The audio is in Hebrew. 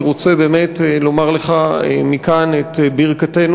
אני רוצה לומר לך מכאן את ברכתנו.